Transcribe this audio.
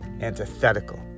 antithetical